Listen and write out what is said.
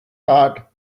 heart